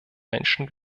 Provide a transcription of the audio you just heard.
menschen